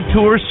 Tour